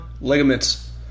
ligaments